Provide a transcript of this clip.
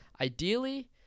Ideally